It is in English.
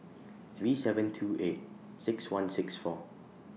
three seven two eight six one six four